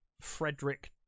Frederick